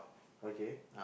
okay